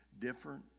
different